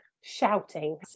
shouting